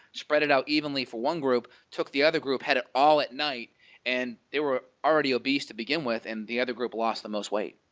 spread it out evenly for one group, took the other group, had it all at night and they were already obese to begin with, and the other group lost the most weight.